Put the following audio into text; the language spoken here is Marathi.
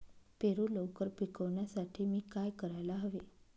पेरू लवकर पिकवण्यासाठी मी काय करायला हवे?